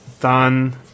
done